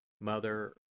Mother